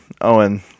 Owen